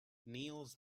niels